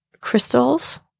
crystals